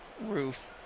Roof